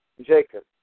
Jacob